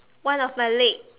one of my leg